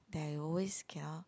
that is always